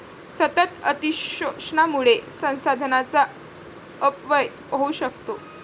सतत अतिशोषणामुळे संसाधनांचा अपव्यय होऊ शकतो